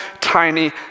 tiny